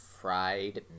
fried